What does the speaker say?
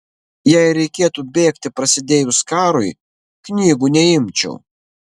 jei reikėtų bėgti prasidėjus karui knygų neimčiau